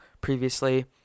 previously